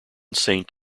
saint